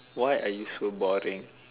why are you so boring